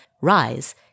rise